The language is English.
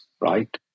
right